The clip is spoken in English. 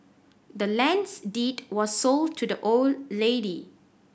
the land's deed was sold to the old lady